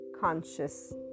conscious